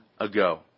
ago